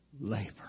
labor